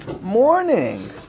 morning